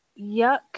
yuck